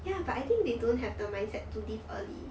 ya but I think they don't have the mindset to leave early